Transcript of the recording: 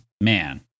man